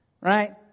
Right